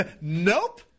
Nope